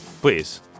Please